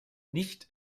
nicht